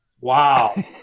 wow